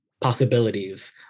possibilities